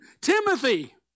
Timothy